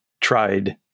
tried